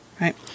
right